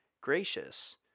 gracious